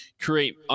create –